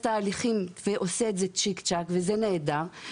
תהליכים ועושה את זה צ'יק צ'ק וזה נהדר.